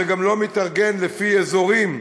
זה גם לא מתארגן לפי אזורים,